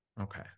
Okay